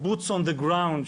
Boots on the ground,